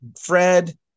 Fred